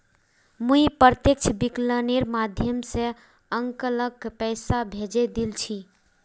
मुई प्रत्यक्ष विकलनेर माध्यम स अंकलक पैसा भेजे दिल छि